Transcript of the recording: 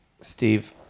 Steve